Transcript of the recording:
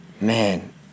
man